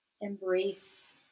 embrace